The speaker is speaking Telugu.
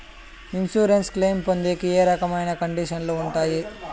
ఇన్సూరెన్సు క్లెయిమ్ పొందేకి ఏ రకమైన కండిషన్లు ఉంటాయి?